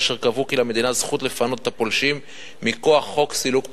אשר קבעו כי למדינה יש זכות לפנות את הפולשים מכוח חוק סילוק פולשים,